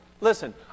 listen